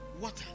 Water